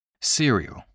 Cereal